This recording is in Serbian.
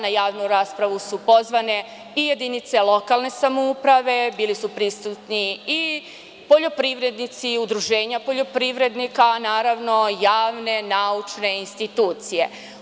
Na javnu raspravu su pozvane i jedinice lokalne samouprave, bili su prisutni i poljoprivrednici, Udruženje poljoprivrednika, naravno, javne, naučne institucije.